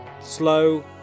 slow